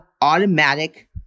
automatic